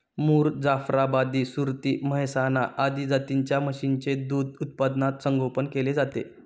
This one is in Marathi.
मुर, जाफराबादी, सुरती, मेहसाणा आदी जातींच्या म्हशींचे दूध उत्पादनात संगोपन केले जाते